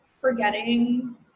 forgetting